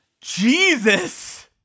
Jesus